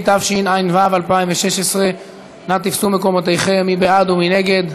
התשע"ו 2016. מי בעד ומי נגד?